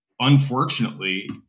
Unfortunately